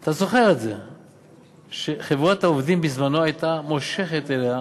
אתה זוכר שבזמנה הייתה חברת העובדים מושכת אליה